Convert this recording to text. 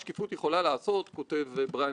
אבל לא פחות הן שאלות של דמוקרטיה,